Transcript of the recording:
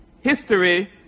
History